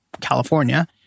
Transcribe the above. California